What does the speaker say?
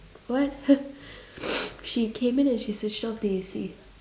what she came in and she switched off the A_C